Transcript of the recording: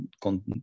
con